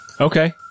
Okay